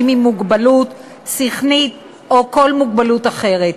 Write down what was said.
עם מוגבלות שכלית או כל מוגבלות אחרת.